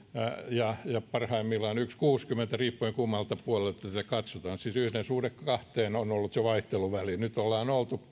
ja parhaimmillaan yksi pilkku kuusikymmentä riippuen kummalta puolelta sitä katsotaan siis yhden suhde kahteen on jo ollut vaihteluväli ollaan oltu